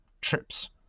trips